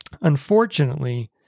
Unfortunately